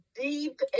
deep